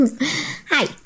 Hi